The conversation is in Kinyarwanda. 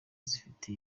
zifite